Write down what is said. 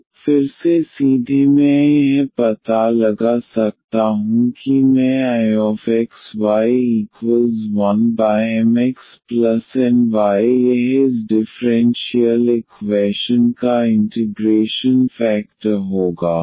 तो फिर से सीधे मैं यह पता लगा सकता हूं कि मैं Ixy1MxNy यह इस डिफ़्रेंशियल इक्वैशन का इंटिग्रेशन फेकटर होगा